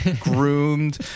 groomed